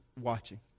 watching